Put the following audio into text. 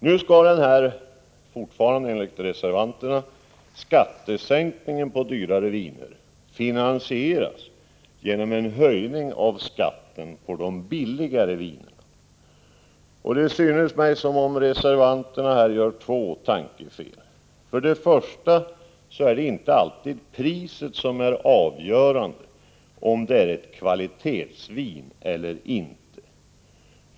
Nu skulle, fortfarande enligt reservanterna, skattesänkningen på dyrare viner finansieras genom en höjning av skatten på de billigare vinerna. Det synes mig som om reservanterna här gör två tankefel. För det första är det inte alltid priset som är avgörande för om det är ett kvalitetsvin eller inte.